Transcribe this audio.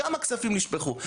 כמה כספים נשפכו,